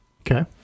Okay